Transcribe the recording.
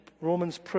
Romans